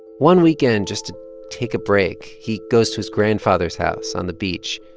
one weekend, just to take a break, he goes to his grandfather's house on the beach.